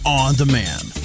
on-demand